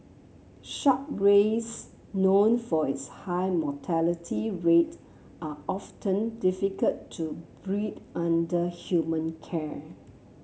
shark rays known for its high mortality rate are often difficult to breed under human care